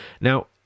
Now